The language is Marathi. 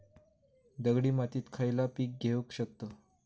दगडी मातीत खयला पीक घेव शकताव?